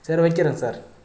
சரி வைக்கிறேங்க சார்